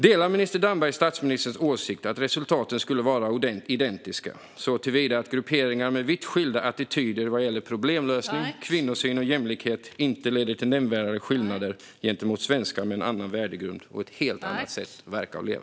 Delar minister Damberg statsministerns åsikt att resultaten skulle vara identiska, det vill säga att det inte finns nämnvärda skillnader mellan grupperingar med vitt skilda attityder vad gäller problemlösning, kvinnosyn och jämlikhet och svenskar som vuxit upp med en helt annan värdegrund och ett helt annat sätt att verka och leva?